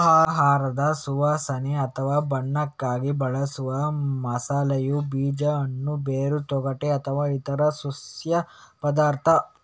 ಆಹಾರದ ಸುವಾಸನೆ ಅಥವಾ ಬಣ್ಣಕ್ಕಾಗಿ ಬಳಸುವ ಮಸಾಲೆಯು ಬೀಜ, ಹಣ್ಣು, ಬೇರು, ತೊಗಟೆ ಅಥವಾ ಇತರ ಸಸ್ಯ ಪದಾರ್ಥ